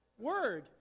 word